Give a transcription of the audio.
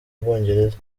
bwongereza